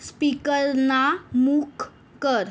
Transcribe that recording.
स्पीकलना मूक कर